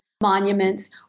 monuments